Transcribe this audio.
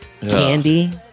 candy